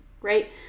right